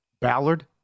Ballard